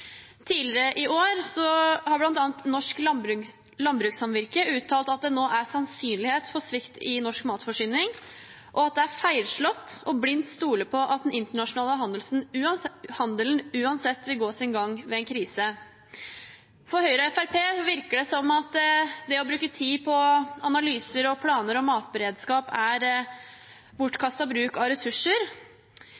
Tidligere i år har bl.a. Norsk Landbrukssamvirke uttalt at det nå er sannsynlighet for svikt i norsk matforsyning, og at det er feilslått å stole blindt på at den internasjonale handelen uansett vil gå sin gang ved en krise. For Høyre og Fremskrittspartiet virker det som at det å bruke tid på analyser og planer om matberedskap er